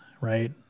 right